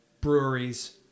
breweries